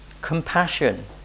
compassion